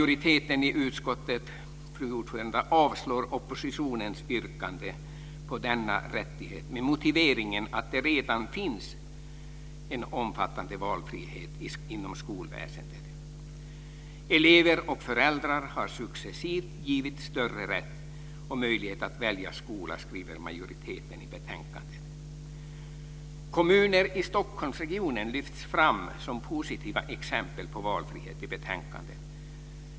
Majoriteten i utskottet avstyrker oppositionens yrkande om denna rättighet med motiveringen att det redan finns en omfattande valfrihet inom skolväsendet. Elever och föräldrar har successivt givits större rätt och möjlighet att välja skola, skriver majoriteten i betänkandet. Kommuner i Stockholmsregionen lyfts fram som positiva exempel på valfrihet i betänkandet.